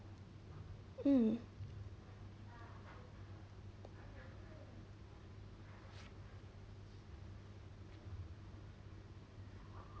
mm